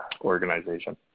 organization